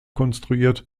konstruiert